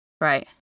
right